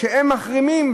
שהם מחרימים,